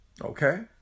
okay